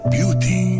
Beauty